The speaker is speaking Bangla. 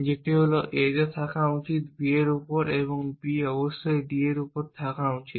যেটি হল A থাকা উচিত B এর উপর এবং B অবশ্যই D এর উপর থাকা উচিত